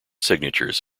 signatures